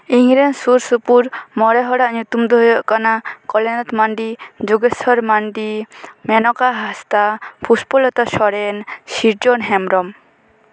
ᱤᱧ ᱨᱮᱱ ᱥᱩᱨ ᱥᱩᱯᱩᱨ ᱢᱚᱬᱮ ᱦᱚᱲᱟᱜ ᱧᱩᱛᱩᱢ ᱫᱚ ᱦᱩᱭᱩᱜ ᱠᱟᱱᱟ ᱠᱚᱞᱮᱱᱟᱛᱷ ᱢᱟᱱᱰᱤ ᱡᱚᱜᱮᱥᱚᱨ ᱢᱟᱱᱰᱤ ᱢᱮᱱᱚᱠᱟ ᱦᱟᱸᱥᱫᱟ ᱯᱩᱥᱯᱚᱞᱚᱛᱟ ᱥᱚᱨᱮᱱ ᱥᱤᱨᱡᱚᱱ ᱦᱮᱢᱵᱨᱚᱢ